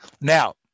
Now